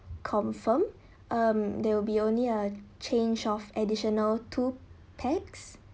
confirm um there will be only a change of additional two pax